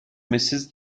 mrs